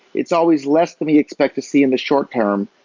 it's always less than we expect to see in the short term,